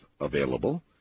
available